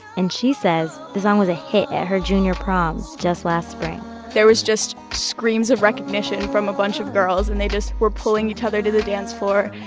and she says the song was a hit at her junior prom just last spring there was just screams of recognition from a bunch of girls, and they just were pulling each other to the dance floor.